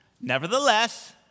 Nevertheless